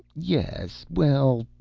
yes, well,